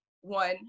one